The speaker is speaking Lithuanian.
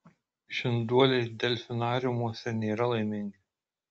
žinduoliai delfinariumuose nėra laimingi